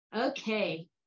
Okay